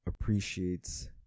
appreciates